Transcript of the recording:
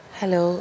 Hello